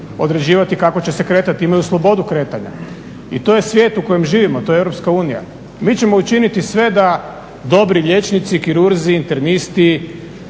određivati kako će se kretati, imaju slobodnu kretanja i to je svijet u kojem živimo. Mi ćemo učiniti sve da dobri liječnici, kirurzi, internisti,